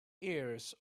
ears